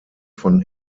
von